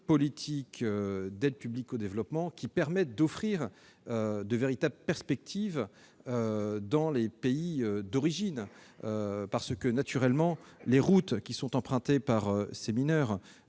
politique d'aide publique au développement qui permette d'offrir de véritables perspectives dans les pays d'origine. Naturellement, les routes qui sont empruntées par ces mineurs